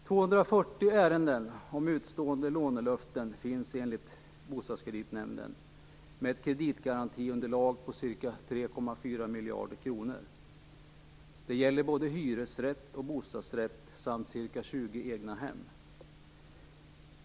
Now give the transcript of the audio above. Enligt Bostadskreditnämnden finns 240 ärenden om utestående lånelöften, med ett kreditgarantiunderlag om ca 3,4 miljarder kronor. Det gäller både hyresrätter och bostadsrätter samt ca 20 egnahem.